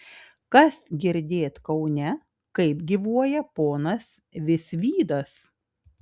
kas girdėt kaune kaip gyvuoja ponas visvydas